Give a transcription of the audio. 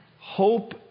hope